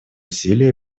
усилия